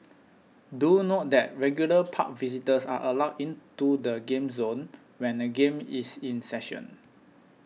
do note that regular park visitors are allowed into the game zone when a game is in session